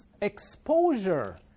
exposure